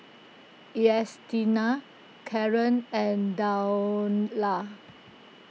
Ernestina Karen and Daniela